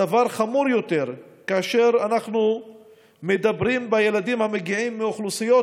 הדבר חמור יותר כאשר אנחנו מדברים על ילדים המגיעים מאוכלוסיות